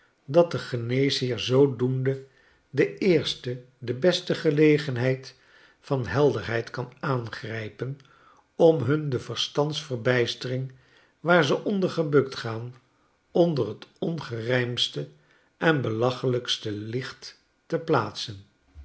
dat de geneesheer zoodoende de eerste de beste gelegenheid van helderheid kan aangrijpen om hun de verstandsverbijstering waar ze onder gebukt gaan onder t ongerijmdste en belachelijkste licht teplaatsen